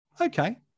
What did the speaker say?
Okay